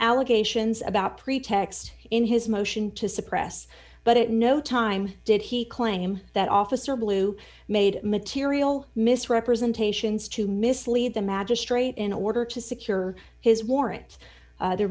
allegations about pretext in his motion to suppress but it no time did he claim that officer blue made material misrepresentations to mislead the magistrate in order to secure his warrants there